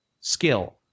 skill